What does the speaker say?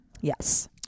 Yes